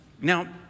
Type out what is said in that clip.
Now